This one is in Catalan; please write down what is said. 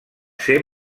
ser